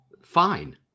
fine